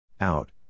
Out